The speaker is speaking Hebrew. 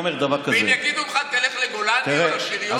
ואם יגידו לך: תלך לגולני או לשריון או להנדסה קרבית,